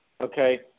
Okay